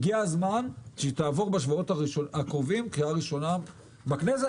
הגיע הזמן שהיא תעבור בשבועות הקרובים קריאה ראשונה בכנסת,